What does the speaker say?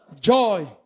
joy